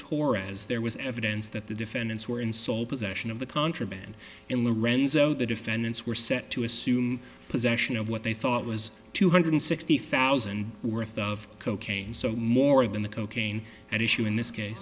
torres there was evidence that the defendants were in sole possession of the contraband and lorenzo the defendants were set to assume possession of what they thought was two hundred sixty thousand worth of cocaine so more than the cocaine at issue in this case